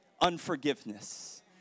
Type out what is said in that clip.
unforgiveness